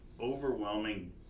overwhelming